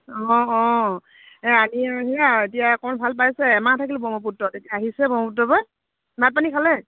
অঁ অঁ এই আনি আৰু সেয়া আৰু এতিয়া অকণ ভাল পাইছে এমাহ থাকিলো ব্ৰহ্মপুত্ৰত তেতিয়া আহিছোহে ব্ৰহ্মপুত্ৰৰ পৰা ভাত পানী খালে